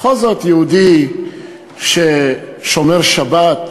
בכל זאת, יהודי ששומר שבת,